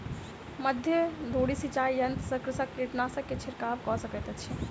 मध्य धूरी सिचाई यंत्र सॅ कृषक कीटनाशक के छिड़काव कय सकैत अछि